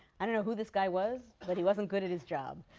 i don't know who this guy was, but he wasn't good at his job,